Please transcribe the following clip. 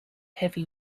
heavy